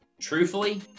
truthfully